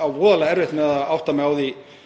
á voðalega erfitt með að átta mig á því